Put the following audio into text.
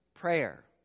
Prayer